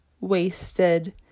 wasted